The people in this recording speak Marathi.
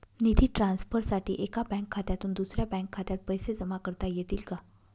निधी ट्रान्सफरसाठी एका बँक खात्यातून दुसऱ्या बँक खात्यात पैसे जमा करता येतील का?